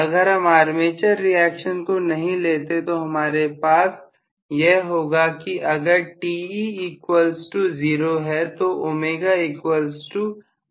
अगर हम armature reaction को नहीं लेते हैं तो हमारे पास यह होगा कि अगर है